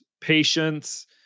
patience